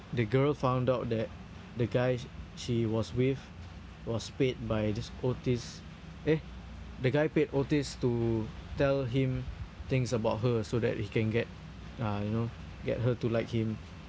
the girl found out that the guy sh~ she was with was paid by this otis eh the guy paid otis to tell him things about her so that he can get uh you know get her to like him